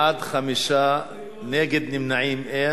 בעד, 5, אין מתנגדים ואין נמנעים.